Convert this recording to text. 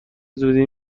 زودی